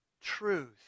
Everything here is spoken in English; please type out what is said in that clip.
truth